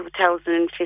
2015